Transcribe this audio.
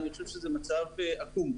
אני חושב שזה מצב עקום,